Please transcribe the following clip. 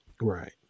Right